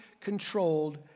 controlled